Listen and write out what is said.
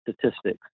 statistics